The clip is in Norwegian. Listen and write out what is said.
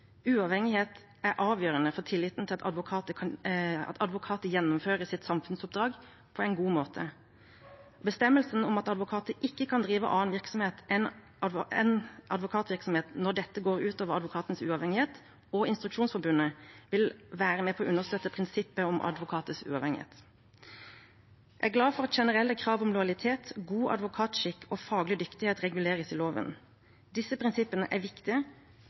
Uavhengighet er avgjørende for tilliten til at advokater gjennomfører sitt samfunnsoppdrag på en god måte. Bestemmelsen om at advokater ikke kan drive annen virksomhet enn advokatvirksomhet når dette går ut over advokatens uavhengighet, og instruksjonsforbundet, vil være med på understøtte prinsippet om advokaters uavhengighet. Jeg er glad for at generelle krav om lojalitet, god advokatskikk og faglig dyktighet reguleres i loven. Disse prinsippene er viktige